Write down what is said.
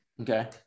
Okay